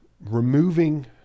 removing